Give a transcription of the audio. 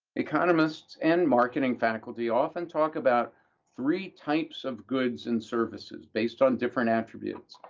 economists and marketing faculty often talk about three types of goods and services based on different attributes.